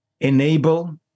enable